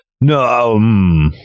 No